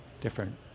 different